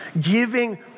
giving